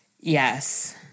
Yes